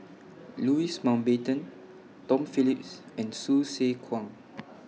Louis Mountbatten Tom Phillips and Hsu Tse Kwang